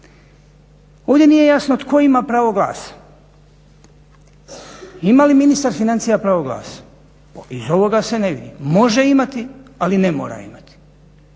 Ovdje nije jasno tko ima pravo glasa. Ima li ministar financija pravo glasa? Iz ovoga se ne vidi, može imati, ali ne mora imati.